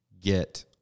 get